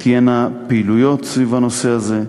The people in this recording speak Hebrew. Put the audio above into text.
תהיינה פעילויות סביב הנושא הזה.